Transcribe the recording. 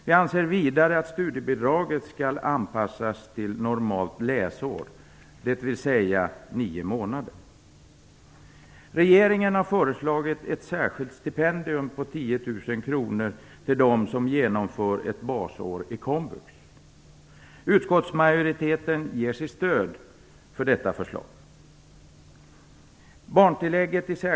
Vi anser vidare att studiebidraget skall anpassas till normalt läsår, dvs. Regeringen har föreslagit ett särskilt stipendium på 10 000 kr till dem som genomför ett basår i komvux. Utskottsmajoriteten ger sitt stöd för detta förslag.